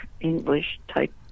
English-type